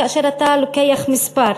כאשר אתה לוקח מספר.